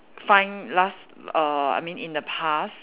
find last err I mean in the past